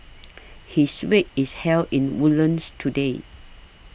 his wake is held in Woodlands today